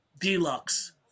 Deluxe